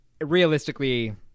Realistically